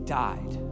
died